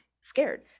scared